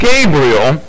Gabriel